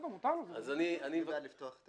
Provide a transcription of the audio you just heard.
קודם כול צריך לפתוח את